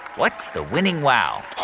what's the winning wow?